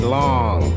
long